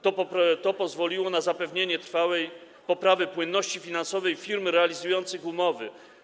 To pozwoliło na zapewnienie trwałej poprawy płynności finansowej firm realizujących umowy.